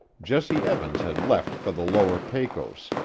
jesse evans had left for the lower pecos,